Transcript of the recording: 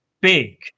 big